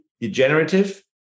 degenerative